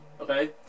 okay